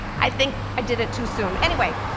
i think i did it too soon. anyway,